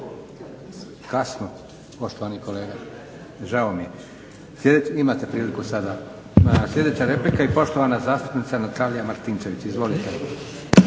Kasno, poštovani kolega, žao mi je. Imate priliku sada. Sljedeća replika i poštovana zastupnica Natalija Martinčević. Izvolite.